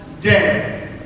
day